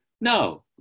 no